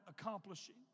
accomplishing